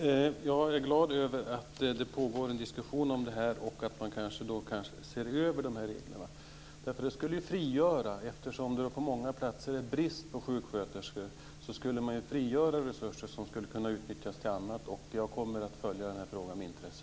Fru talman! Jag är glad över att det pågår en diskussion om det här och att man ser över reglerna. Eftersom det på många platser är brist på sjuksköterskor skulle man kunna frigöra resurser som kan utnyttjas till annat. Jag kommer att följa den här frågan med intresse.